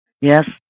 yes